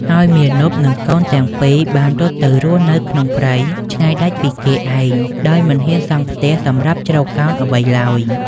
ហើយមាណពនិងកូនទាំងពីរបានរត់ទៅរស់នៅក្នុងព្រៃឆ្ងាយដាច់ពីគេឯង ដោយមិនហ៊ានសង់ផ្ទះសម្រាប់ជ្រកកោនអ្វីឡើយ។